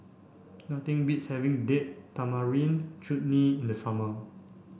nothing beats having Date Tamarind Chutney in the summer